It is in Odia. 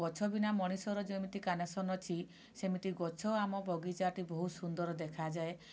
ଗଛ ବିନା ମଣିଷର ଯେମିତି ଅଛି ସେମିତି ଗଛ ଆମ ବଗିଚାଟିକୁ ସୁନ୍ଦର ଦେଖାଯାଏ